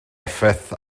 effaith